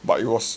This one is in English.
but it was